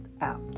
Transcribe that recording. out